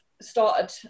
started